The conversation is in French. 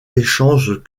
échanges